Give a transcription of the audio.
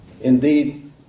Indeed